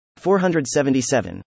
477